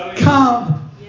come